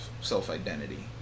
self-identity